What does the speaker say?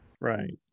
Right